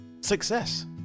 Success